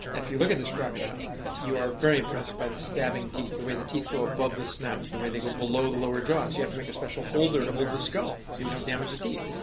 if you look at this crocodile you are very impressed by the stabbing teeth, the way the teeth go above the snout, the way they go below the lower jaw so you have to make a special holder to hold the skull so you don't damage the teeth.